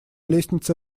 лестнице